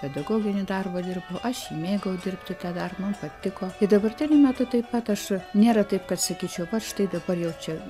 pedagoginį darbą dirbau aš jį mėgau dirbti tą darbą man patiko tai dabartiniu metu taip pat aš nėra taip kad sakyčiau vat štai dabar jau čia